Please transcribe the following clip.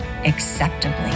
acceptably